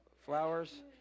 flowers